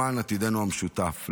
למען עתידנו המשותף,